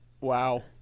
wow